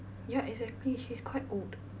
ya exactly she's quite old